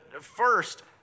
first